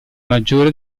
maggiore